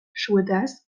ŝuldas